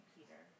Peter